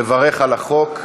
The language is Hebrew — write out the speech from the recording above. לברך על החוק.